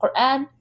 quran